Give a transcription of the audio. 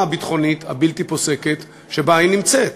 הביטחונית הבלתי-פוסקת שבה היא נמצאת?